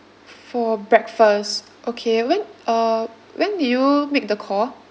for breakfast okay when uh when did you make the call